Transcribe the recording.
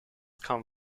come